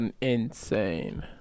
insane